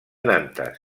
nantes